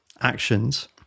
actions